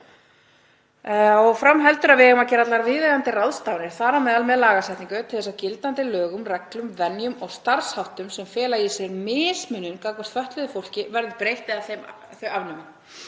langt í land. „b. að gera allar viðeigandi ráðstafanir, þar á meðal með lagasetningu, til þess að gildandi lögum, reglum, venjum og starfsháttum, sem fela í sér mismunun gagnvart fötluðu fólki, verði breytt eða þau afnumin.“